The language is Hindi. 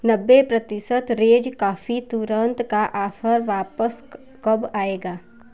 नब्बे प्रतिशत रेज कॉफी तुरंत का ऑफर वापस कब आएगा